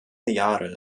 jahre